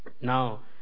now